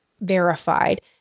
verified